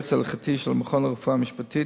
יועץ הלכתי של המכון לרפואה משפטית,